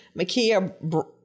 Makia